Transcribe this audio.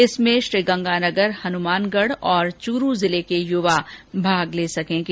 इसमें श्रीगंगानगर हनुमानगढ और चूरू जिले के युवा भाग ले सकेंगे